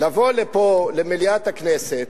לבוא לפה, למליאת הכנסת,